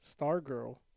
Stargirl